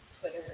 Twitter